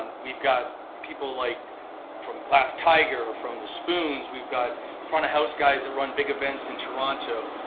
we've got people like from glass tiger, from the spoons, we've got front of house guys that run big events in toronto.